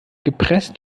gepresst